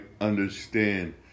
understand